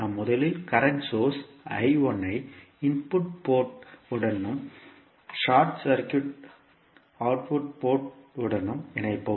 நாம் முதலில் current source ஐ இன்புட் போர்ட் உடனும் ஷார்ட் சர்க்யூட் அவுட்புட் போர்ட் உடனும் இணைப்போம்